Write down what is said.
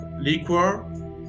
liquor